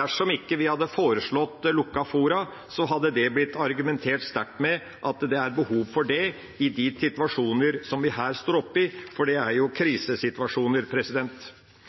Dersom vi ikke hadde foreslått lukkete fora, hadde det blitt argumentert sterkt med at det er behov for det i de situasjoner som vi her står oppe i, for det er jo